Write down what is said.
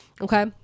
okay